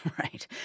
Right